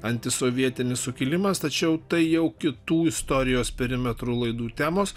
antisovietinis sukilimas tačiau tai jau kitų istorijos perimetru laidų temos